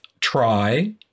try